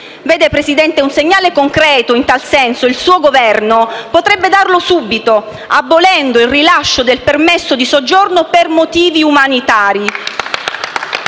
Vede, Presidente, un segnale concreto in tal senso il suo Governo potrebbe darlo subito abolendo il rilascio del permesso di soggiorno per motivi umanitari,